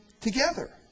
together